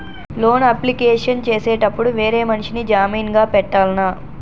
Loan application చేసేటప్పుడు వేరే మనిషిని జామీన్ గా పెట్టాల్నా?